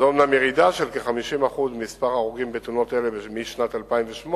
זו אומנם ירידה של כ-50% במספר ההרוגים בתאונות אלה לעומת שנת 2008,